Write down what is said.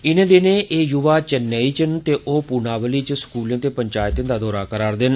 इनें दिनें एह् युवा चेन्नेई च न ते ओह् पुनावली च स्कूलें ते पंचायतें दा दौरा ला'रदे न